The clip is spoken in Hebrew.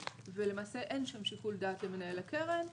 ולמעשה אין שם שיקול דעת למנהל הקרן,